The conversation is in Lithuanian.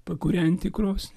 pakūrenti krosnį